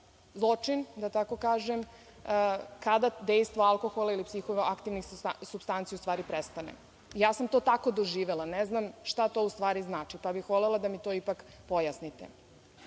da tako kažem, kada dejstvo alkohola ili psihoaktivnih supstanci u stvari prestane? Ja sam to tako doživela. Ne znam šta to u stvari znači, pa bih volela da mi to ipak pojasnite. Zanima